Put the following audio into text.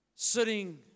sitting